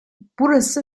burası